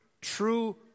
true